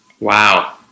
Wow